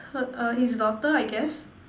her err his daughter I guess